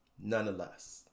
Nonetheless